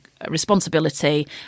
responsibility